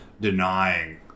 denying